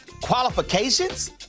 Qualifications